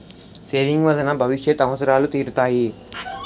saving వలన భవిష్యత్ అవసరాలు తీరుతాయి